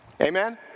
amen